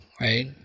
right